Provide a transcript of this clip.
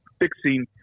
fixing